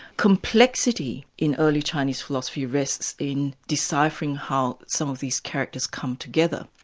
complexity in early chinese philosophy rests in deciphering how some of these characters come together.